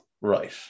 Right